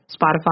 Spotify